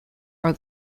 are